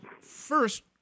first